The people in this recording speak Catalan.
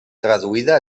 traduïda